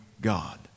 God